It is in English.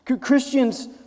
Christians